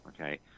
okay